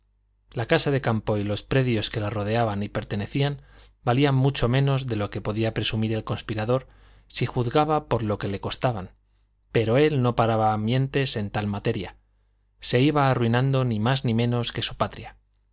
la casa de campo y los predios que la rodeaban y pertenecían valían mucho menos de lo que podía presumir el conspirador si juzgaba por lo que le costaban pero él no paraba mientes en tal materia se iba arruinando ni más ni menos que su patria